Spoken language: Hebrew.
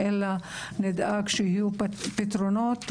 אלא נדאג שיהיו פתרונות,